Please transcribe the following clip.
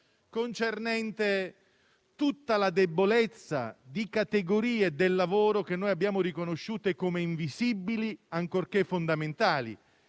concernente tutta la debolezza di categorie del lavoro che abbiamo riconosciuto come invisibili, ancorché fondamentali: